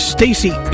Stacey